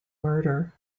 murder